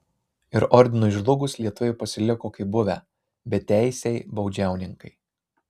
ir ordinui žlugus lietuviai pasiliko kaip buvę beteisiai baudžiauninkai